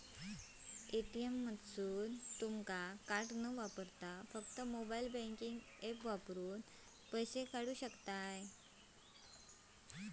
ATM मधसून तुमका card न वापरता फक्त मोबाईल बँकिंग ऍप वापरून पैसे काढूक येतंत